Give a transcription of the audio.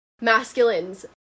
masculines